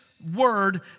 word